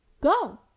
Go